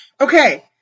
Okay